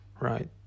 right